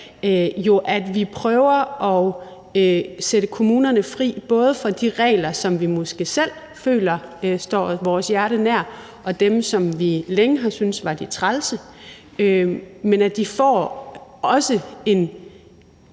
jo, at vi prøver at sætte kommunerne fri, både for de regler, som vi måske selv føler står vores hjerte nært, og dem, som vi længe har syntes var de trælse, så de får noget,